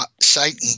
Satan